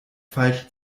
falsch